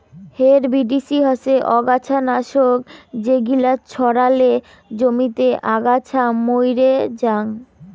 herbicide হসে অগাছা নাশক যেগিলা ছড়ালে জমিতে আগাছা মইরে জাং